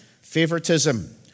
favoritism